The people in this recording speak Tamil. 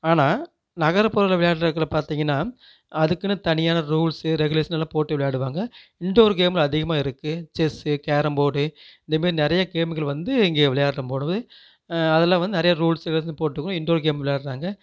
ஆனால் நகரப்புற விளையாட்டுகளை பார்த்தீங்கன்னா அதுக்குனு தனியான ரூல்ஸு ரெகுலேஷனெல்லாம் போட்டு விளையாடுவாங்க இன்டோர் கேமில் அதிகமாக இருக்குது செஸ்ஸு கேரம்போர்டு இந்த மாரி நிறைய கேம்கள் வந்து இங்கே விளையாடுறம் போடுது அதெல்லாம் வந்து நிறையா ரூல்ஸு எல்லாத்தையும் போட்டுக்கணும் இன்டோர் கேம் விளையாடுகிறாங்க